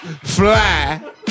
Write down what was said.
Fly